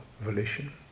volition